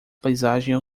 paisagem